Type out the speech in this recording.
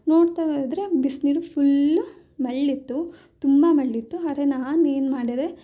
ನೋಡ್ತಾಯಿದ್ದರೆ ಬಿಸಿನೀರು ಫುಲ್ ಮರಳಿತ್ತು ತುಂಬ ಮರಳಿತ್ತು ಆದರೆ ನಾನೇನು ಮಾಡಿದೆ